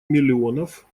миллионов